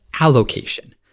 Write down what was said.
allocation